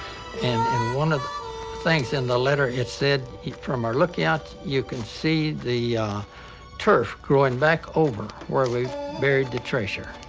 and one of things in the letter, it said from our lookout, you can see the turf growing back over where we buried the treasure,